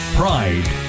pride